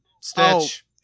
Stitch